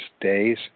days